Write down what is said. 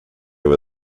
were